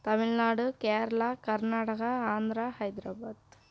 Tamil Nadu Kerala Karnataka Andhra Hyderabad